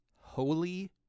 holy